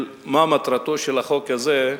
מה מטרתו של החוק הזה,